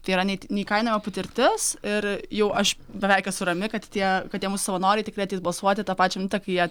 tai yra net neįkainojama patirtis ir jau aš beveik esu rami kad tie kad tie mūsų savanoriai tikrai ateis balsuoti tą pačią minutę kai jie